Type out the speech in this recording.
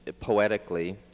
poetically